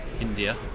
India